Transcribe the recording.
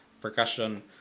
percussion